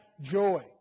joy